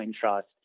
Trust